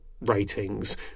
ratings